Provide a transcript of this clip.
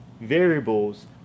variables